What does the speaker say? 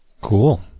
Cool